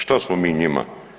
Što smo mi njima?